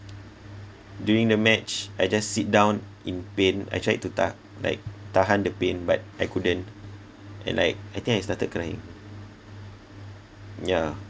during the match I just sit down in pain I tried to ta~ like tahan the pain but I couldn't and like I think I started crying yeah